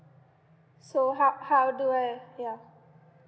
so how how do I yeah